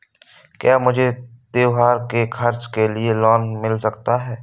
क्या मुझे त्योहार के खर्च के लिए लोन मिल सकता है?